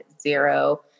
zero